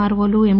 RO లు ఎం